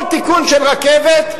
כל תיקון של רכבת,